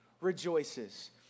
rejoices